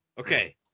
Okay